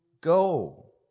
go